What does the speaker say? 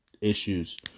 issues